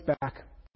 back